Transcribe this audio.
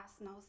no